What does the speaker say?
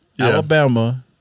Alabama